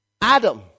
Adam